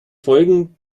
folgen